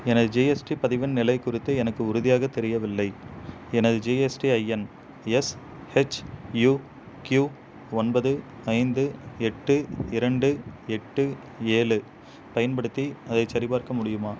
எனது ஜிஎஸ்டி பதிவின் நிலை குறித்து எனக்கு உறுதியாக தெரியவில்லை எனது ஜிஎஸ்டிஐஎன் எஸ்ஹெச்யூக்யூ ஒன்பது ஐந்து எட்டு இரண்டு எட்டு ஏழு பயன்படுத்தி அதைச் சரிபார்க்க முடியுமா